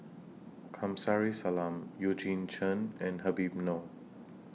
Kamsari Salam Eugene Chen and Habib Noh